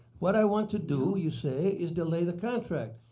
what i want to do you say, is delay the contract.